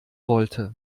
wollte